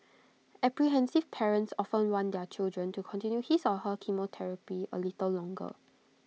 apprehensive parents often want their child to continue his or her chemotherapy A little longer